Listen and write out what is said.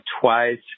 twice